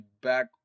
back